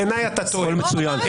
הכול מצוין.